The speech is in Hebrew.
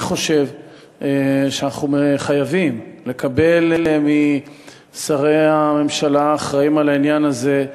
אני חושב שאנחנו חייבים לקבל משרי הממשלה האחראים על העניין הזה,